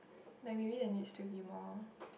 like maybe there needs to be more